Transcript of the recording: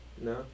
No